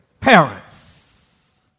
parents